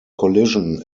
collision